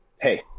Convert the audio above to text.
hey